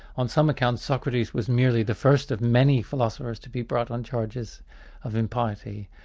on some accounts, socrates was merely the first of many philosophers to be brought on charges of impiety.